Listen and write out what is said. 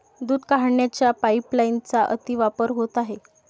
दूध काढण्याच्या पाइपलाइनचा अतिवापर होत आहे